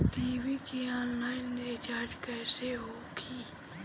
TV के online recharge कैसे होखी?